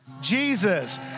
Jesus